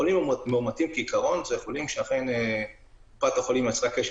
חולים מאומתים אלה חולים שקופת החולים יצרה אתם קשר